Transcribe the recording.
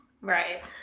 right